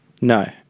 No